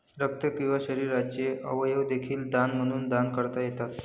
रक्त किंवा शरीराचे अवयव देखील दान म्हणून दान करता येतात